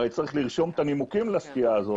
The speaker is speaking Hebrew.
הרי צריך לרשום את הנימוקים לסטייה הזאת,